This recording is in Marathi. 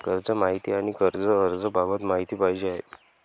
कर्ज माहिती आणि कर्ज अर्ज बाबत माहिती पाहिजे आहे